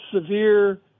severe